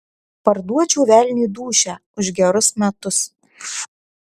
parduočiau velniui dūšią už gerus metus